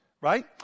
right